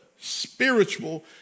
spiritual